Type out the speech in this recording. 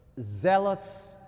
zealots